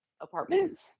apartments